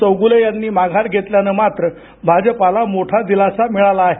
चौंगुले यांनी माघार घेतल्यानं मात्र भाजपला मोठा दिलासा मिळाला आहे